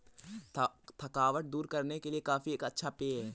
थकावट दूर करने के लिए कॉफी एक अच्छा पेय है